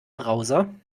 browser